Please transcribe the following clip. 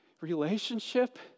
relationship